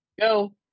go